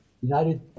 United